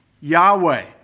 Yahweh